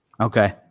Okay